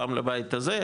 פעם לבית הזה.